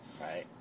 Right